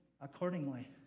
accordingly